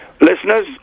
Listeners